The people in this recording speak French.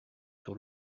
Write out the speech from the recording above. sur